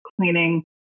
cleaning